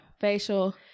facial